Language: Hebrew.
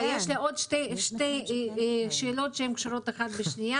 יש לי עוד שתי שאלות קצרות שקשורות זו בזו.